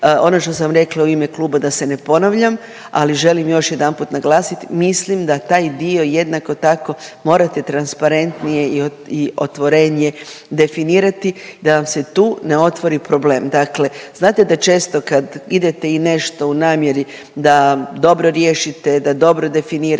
Ono što sam rekla u ime kluba, da se ne ponavljam, ali želim još jedanput naglasit mislim da taj dio jednako tako morate transparentnije i otvorenije definirati da vam se tu ne otvori problem. Dakle, znate da često kad idete i nešto u namjeri da dobro riješite, da dobro definirate,